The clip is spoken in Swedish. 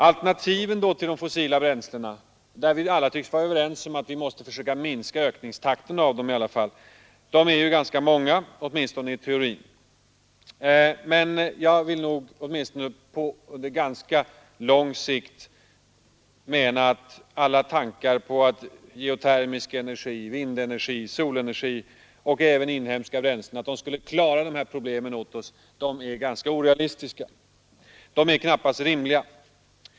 Alternativen till de fossila bränslena, beträffande vilka vi alla tycks vara överens om att vi i varje fall måste minska ökningstakten i förbrukningen, är ganska många, åtminstone i teorin. Jag anser dock att alla tankar på att geotermisk energi, vindenergi, solenergi och även inhemska bränslen skulle klara dessa problem åt oss inom överskådlig tid är ganska orealistiska — de är knappast rimliga.